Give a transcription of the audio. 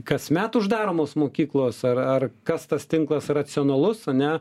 kasmet uždaromos mokyklos ar ar kas tas tinklas racionalus ane